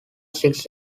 six